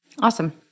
Awesome